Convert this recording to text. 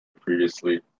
previously